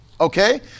Okay